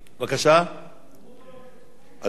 אדוני